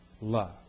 love